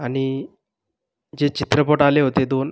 आणि जे चित्रपट आले होते दोन